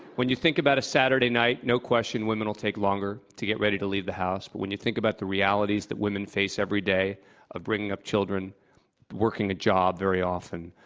when you think about a saturday night, no question women will take longer to get ready to leave the house. but when you think about the realities that women face every day of bringing up children, of working a job very often,